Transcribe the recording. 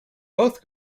both